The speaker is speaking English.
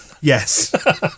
Yes